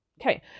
Okay